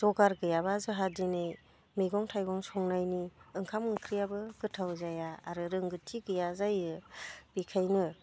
जगार गैयाब्ला जाहा दिनै मैगं थाइगं संनायनि ओंखाम ओंख्रियाबो गोथाव जाया आरो रोंगौथि गैया जायो बेखायनो